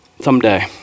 someday